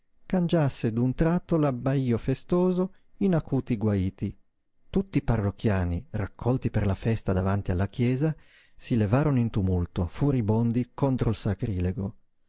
cangiasse d'un tratto l'abbaío festoso in acuti guaiti tutti i parrocchiani raccolti per la festa davanti alla chiesa si levarono in tumulto furibondi contro il